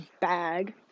bag